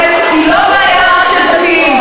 סוגיית הגיור במדינת ישראל היא לא בעיה רק של דתיים,